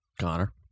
Connor